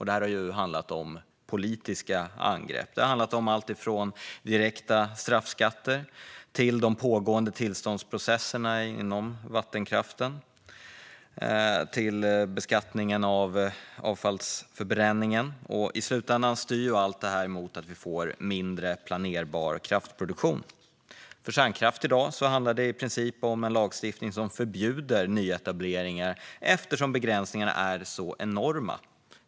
Det har handlat om politiska angrepp, allt från direkta straffskatter till de pågående tillståndsprocesserna inom vattenkraften och beskattningen av avfallsförbränningen. I slutändan styr allt detta mot att vi får mindre planerbar kraftproduktion. För kärnkraft handlar det i dag i princip om en lagstiftning som förbjuder nyetableringar eftersom begränsningarna är så enorma.